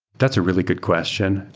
that's a really good question.